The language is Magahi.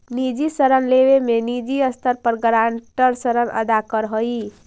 निजी ऋण लेवे में निजी स्तर पर गारंटर ऋण अदा करऽ हई